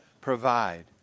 provide